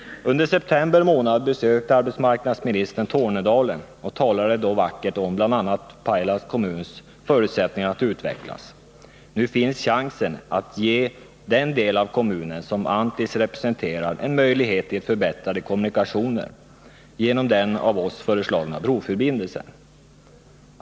Under september månad besökte arbetsmarknadsministern Tornedalen och talade då vackert om bl.a. Pajala kommuns förutsättningar att Nr 52 utvecklas. Nu finns chansen att ge den del av kommunen som Anttis Tisdagen den representerar en möjlighet till förbättrade kommunikationer genom den av 16 december 1980 oss föreslagna broförbindelsen.